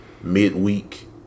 midweek